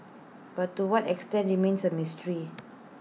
but to what extent remains A mystery